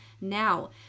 now